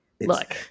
look